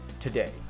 today